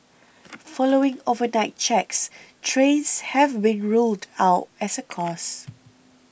following overnight checks trains have been ruled out as a cause